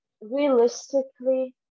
realistically